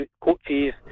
coaches